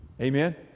amen